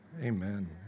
Amen